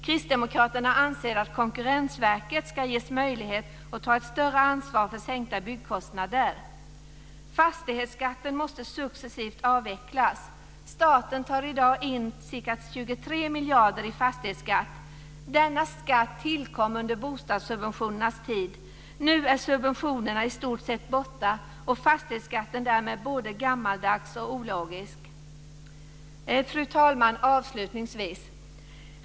Kristdemokraterna anser att Konkurrensverket ska ges möjlighet att ta ett större ansvar för sänkta byggkostnader. Fastighetsskatten måste successivt avvecklas. Staten tar i dag in ca 23 miljarder i fastighetsskatt. Denna skatt tillkom under bostadssubventionernas tid. Nu är subventionerna i stort sett borta och fastighetsskatten därmed både gammaldags och ologisk. Fru talman! Avslutningsvis.